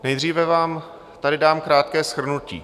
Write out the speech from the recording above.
Nejdříve vám tady dám krátké shrnutí.